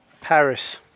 Paris